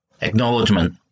Acknowledgement